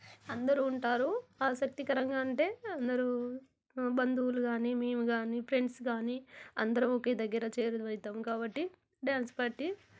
అందరూ ఉంటారు ఆసక్తికరంగా అంటే అందరూ బంధువులు కానీ మేముకానీ ఫ్రెండ్స్ కానీ అందరూ ఒకే దగ్గర చేరువయితాం కాబట్టి డ్యాన్స్ పార్టీ